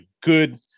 good